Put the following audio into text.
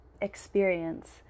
experience